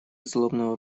злобного